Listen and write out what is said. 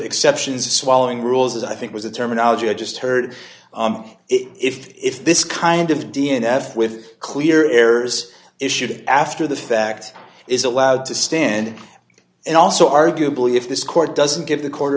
exceptions swallowing rules as i think was the terminology i just heard it if this kind of d f with clear errors issued after the fact is allowed to stand and also arguably if this court doesn't give the quarter